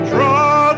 Draw